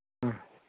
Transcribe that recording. ꯎꯝ